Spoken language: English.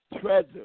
treasure